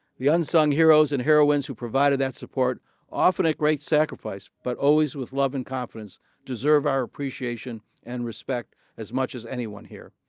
the unsung heroes and heroines who provided that support often at great sacrifice but always with love and confidence deserve our appreciation and respect as much as anyone here.